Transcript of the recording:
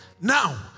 now